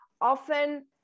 often